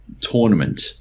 tournament